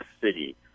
city